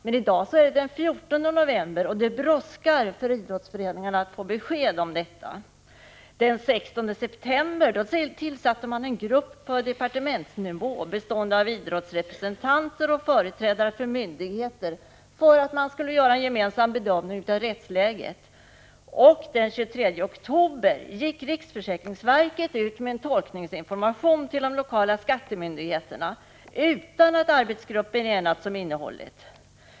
Men i dag är det den 14 november, och det brådskar för idrottsföreningarna att få besked. Den 16 september tillsatte man på departementsnivå en grupp, bestående av representanter för idrottsrörelsen och företrädare för myndigheter, för att göra en gemensam bedömning av rättsläget. Den 23 oktober gick riksförsäk 79 ringsverket ut med en tolkningsinformation till de lokala skattemyndigheterna utan att arbetsgruppen enats om innehållet.